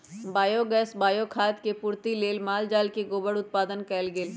biogas, bio खाद के पूर्ति लेल माल जाल से गोबर उत्पादन कएल गेल